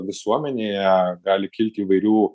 visuomenėje gali kilti įvairių